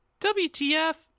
WTF